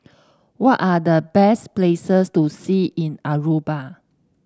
what are the best places to see in Aruba